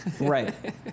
Right